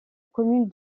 commune